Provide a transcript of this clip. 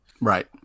Right